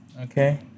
Okay